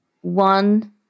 One